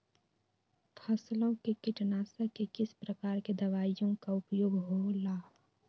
फसलों के कीटनाशक के किस प्रकार के दवाइयों का उपयोग हो ला?